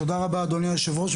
תודה רבה אדוני היו"ר,